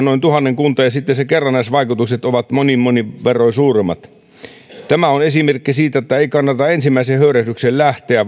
noin tuhannenkunta ja sitten sen kerrannaisvaikutukset ovat monin monin verroin suuremmat tämä on esimerkki siitä että ei kannata ensimmäiseen höyrähdykseen lähteä